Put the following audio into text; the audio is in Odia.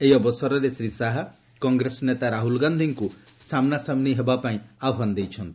ଏହି ଅବସରରେ ଶ୍ରୀ ଶାହା କଂଗ୍ରେସ ନେତା ରାହ୍ରଲ ଗାନ୍ଧିଙ୍କ ସାମ୍ରାସାମ୍ବି ହେବା ପାଇଁ ଆହ୍ବାନ ଦେଇଛନ୍ତି